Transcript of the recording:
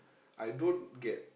I don't get